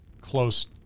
close